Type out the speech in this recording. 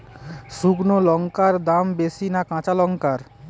শুক্নো লঙ্কার দাম বেশি না কাঁচা লঙ্কার?